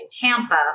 Tampa